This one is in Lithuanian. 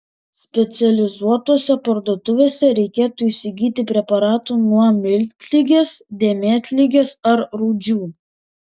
specializuotose parduotuvėse reiktų įsigyti preparatų nuo miltligės dėmėtligės ar rūdžių